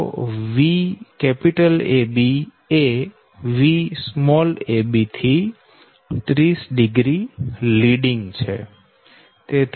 તો VAB એ Vab થી 30o લીડીંગ છે